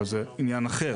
אבל זה עניין אחר.